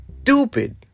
stupid